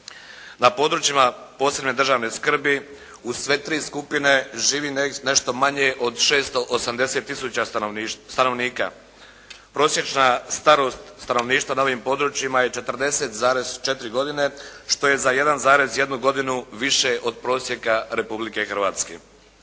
Na područjima posebne državne skrbi u sve tri skupine živi nešto manje od 680 tisuća stanovnika. Prosječna starost stanovništva na ovim područjima je 40,4 godine što je za 1,1 godinu više od prosjeka Republike Hrvatske.